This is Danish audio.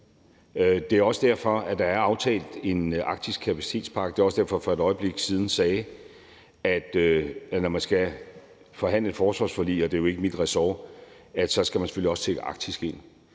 Det er også derfor, der er aftalt en arktisk kapacitetspakke. Det er også derfor, jeg for et øjeblik siden sagde, at når man skal forhandle et forsvarsforlig – og det er jo ikke mit ressort – så skal man selvfølgelig også tænke Arktis ind.